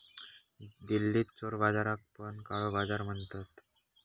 दिल्लीत चोर बाजाराक पण काळो बाजार म्हणतत